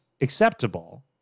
acceptable